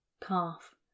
calf